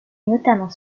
notamment